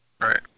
Right